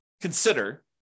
consider